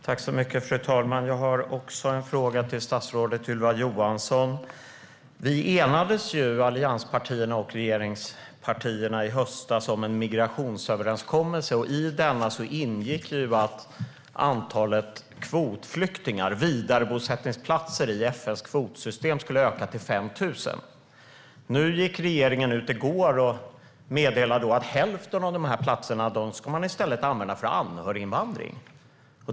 Fru talman! Jag har också en fråga till statsrådet Ylva Johansson. Vi i allianspartierna och regeringspartierna enades ju i höstas om en migrationsöverenskommelse, och i denna ingick att antalet kvotflyktingar - vidarebosättningsplatser i FN:s kvotsystem - skulle öka till 5 000. I går gick regeringen ut och meddelade att hälften av platserna i stället ska användas till anhöriginvandring.